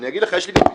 יש לי פתרון.